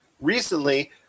recently